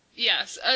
Yes